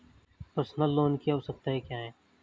Personal loan की आवश्यकताएं क्या हैं?